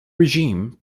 regime